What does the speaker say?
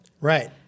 Right